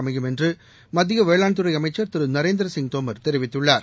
அமையும் என்று மத்திய வேளாண்துறை அமைச்சர் திரு நரேந்திரசிங் தோமர் தெரிவித்துள்ளார்